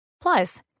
Plus